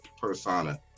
persona